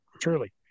Truly